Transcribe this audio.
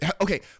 okay